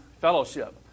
fellowship